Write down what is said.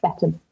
better